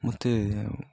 ମୋତେ